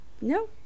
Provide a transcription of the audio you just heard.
No